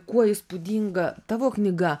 kuo įspūdinga tavo knyga